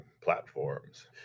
platforms